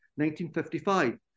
1955